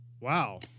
Wow